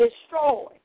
destroy